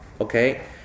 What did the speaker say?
Okay